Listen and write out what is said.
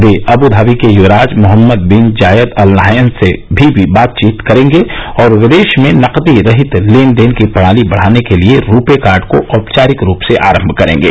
वे अद्वधावी के युवराज Mohammed bin Zayed Al Nahyan से भी बातचीत करेंगे और विदेश में नकदी रहित लेन देन की प्रणाली बढ़ाने के लिए रुपे कार्ड को औपचारिक रूप से आरंभ करेंगे